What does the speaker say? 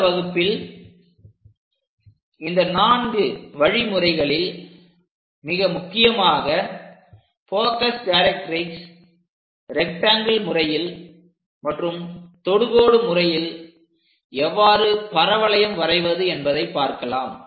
அடுத்த வகுப்பில் இந்த நான்கு வழிமுறைகளில் மிக முக்கியமாக போகஸ் டைரக்ட்ரிக்ஸ் ரெக்ட்டாங்கில் முறையில் மற்றும் தொடுகோடு முறையில் எவ்வாறு பரவளையம் வரைவது என்பதை பார்க்கலாம்